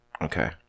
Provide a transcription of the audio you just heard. Okay